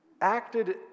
acted